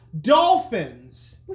dolphins